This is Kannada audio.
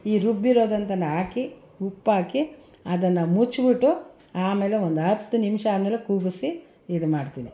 ಈ ರುಬ್ಬಿರೋದನ್ನ ಹಾಕಿ ಉಪ್ಪಾಕಿ ಅದನ್ನು ಮುಚ್ಚಿಬಿಟ್ಟು ಆಮೇಲೆ ಒಂದು ಹತ್ತು ನಿಮಿಷ ಆದ್ಮೇಲೆ ಕೂಗಿಸಿ ಇದ್ಮಾಡ್ತೀನಿ